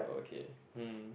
oh okay um